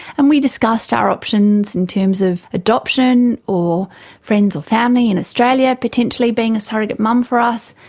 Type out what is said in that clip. and we discussed our options in terms of adoption or friends or family in australia potentially being a surrogate mum for us.